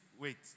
wait